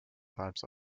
type